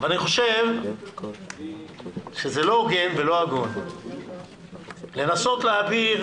אבל אני חושב שזה לא הוגן ולא הגון לנסות להעביר